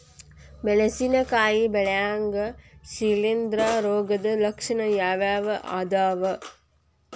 ಮೆಣಸಿನಕಾಯಿ ಬೆಳ್ಯಾಗ್ ಶಿಲೇಂಧ್ರ ರೋಗದ ಲಕ್ಷಣ ಯಾವ್ಯಾವ್ ಅದಾವ್?